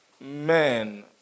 men